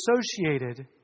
associated